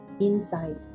inside